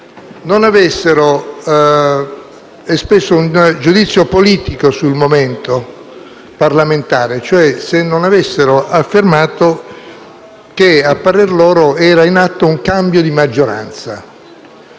non avessero espresso un giudizio politico sul momento parlamentare; se, cioè, non avessero affermato che, a parer loro, è in atto un cambio di maggioranza